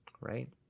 Right